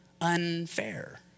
unfair